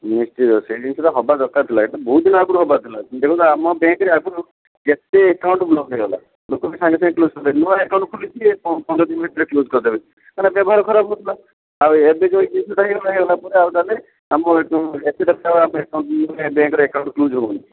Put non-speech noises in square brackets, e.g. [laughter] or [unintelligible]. ନିଶ୍ଚିନ୍ତ ସେଇ ଜିନିଷଟା ହେବା ଦରକାର୍ ଥିଲା ଏଇଟା ବହୁତ୍ ଦିନ ଆଗରୁ ହେବାର ଥିଲା ଦେଖନ୍ତୁ ଆମ ବ୍ୟାଙ୍କ୍ ରେ ଆଗରୁ କେତେ ଆକାଉଣ୍ଟ୍ ବ୍ଲକ୍ ହୋଇଗଲା ଲୋକ ସାଙ୍ଗେ ସାଙ୍ଗେ କ୍ଲୋଜ୍ କରିଦେଲେ ନୂଆ ଆକାଉଣ୍ଟ୍ ଖୋଲିକି ପନ୍ଦର ଦିନ୍ ଭିତରେ କ୍ଲୋଜ୍ କରିଦେବେ ତା'ର ବ୍ୟବହାର ଖରାପ୍ ହେଉଥିଲା ଆଉ ଏବେ ଯୋଉ [unintelligible] ବ୍ୟାଙ୍କ୍ ରେ ଆକାଉଣ୍ଟ୍ କ୍ଲୋଜ୍ ହେଉନି